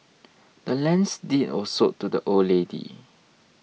the land's deed was sold to the old lady